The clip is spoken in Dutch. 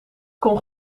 kon